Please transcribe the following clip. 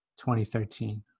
2013